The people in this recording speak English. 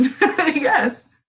yes